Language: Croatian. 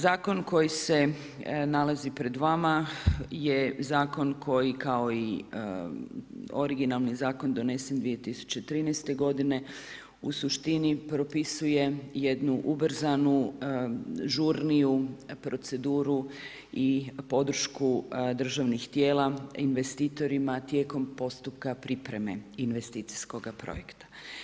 Zakon koji se nalazi pred vama je zakon koji kao i originalni zakon donesen 2013. godine u suštini propisuje jednu ubrzanu, žurniju proceduru i podršku državnih tijela investitorima tijekom postupka pripreme investicijskoga projekta.